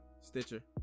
Stitcher